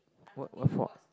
what what for